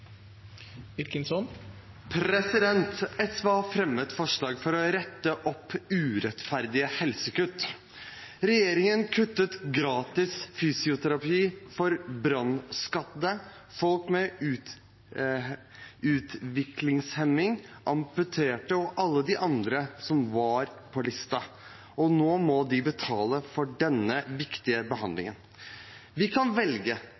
SV har fremmet forslag om å rette opp urettferdige helsekutt. Regjeringen kuttet gratis fysioterapi for brannskadde, folk med utviklingshemning, folk som har amputert, og alle de andre som var på lista. Nå må de betale for denne viktige behandlingen. Vi kan velge